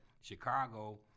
Chicago